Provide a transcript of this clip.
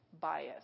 bias